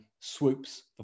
swoops